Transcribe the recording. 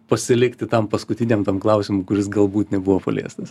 pasilikti tam paskutiniam tam klausimui kuris galbūt nebuvo paliestas